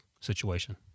situation